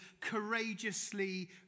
courageously